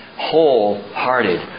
Wholehearted